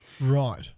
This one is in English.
right